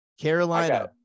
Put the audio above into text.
Carolina